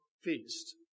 feast